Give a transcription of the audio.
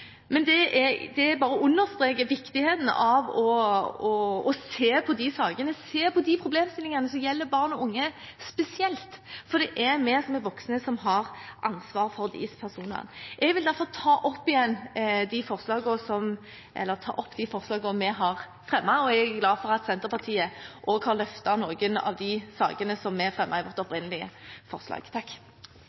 Det bare understreker viktigheten av å se på de sakene, se på de problemstillingene som gjelder barn og unge spesielt, for det er vi som er voksne, som har ansvar for deres personvern. Jeg vil derfor ta opp de forslagene vi har fremmet, og jeg er glad for at Senterpartiet også har løftet noen av de sakene som vi fremmet i vårt opprinnelige forslag.